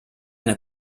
eine